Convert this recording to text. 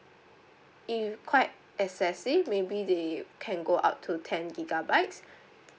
if quite excessive maybe they can go up to ten gigabytes